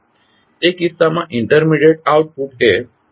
તે કિસ્સામાં intermediate output એ YsFsX છે